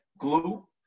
glue